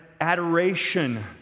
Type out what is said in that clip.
adoration